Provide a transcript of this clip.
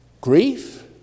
Grief